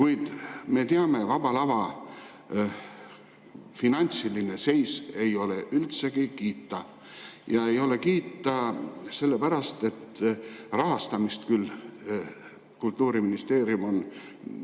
Kuid me teame, et Vaba Lava finantsiline seis ei ole üldsegi kiita. Ja ei ole kiita sellepärast, et rahastamist on Kultuuriministeerium, nagu te